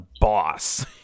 boss